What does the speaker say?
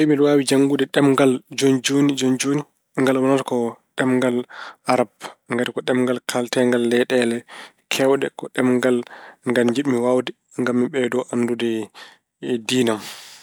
Tawi mbeɗa waawi janngude ɗemngal jon- jooni- jooni, ngal wonata ko ɗemngal Arab. Ngati ko ɗemngal kaaleteengal leyɗeele keewɗe. Ko ɗemngal ngati njiɗmi waawde ngam mi ɓeydoo anndude diine am.